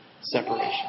separation